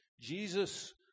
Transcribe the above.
Jesus